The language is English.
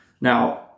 Now